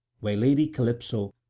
where lady calypso,